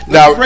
Now